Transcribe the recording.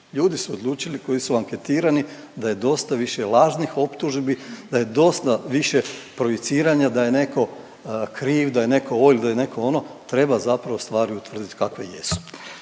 ljudi su odlučili koji su anketirani, da je dosta više lažnih optužbi, da je dosta više projiciranja da je netko kriv, da je netko ovo ili da je netko ono. Treba zapravo stvari utvrditi kakve jesu.